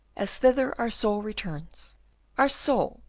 as thither our soul returns our soul,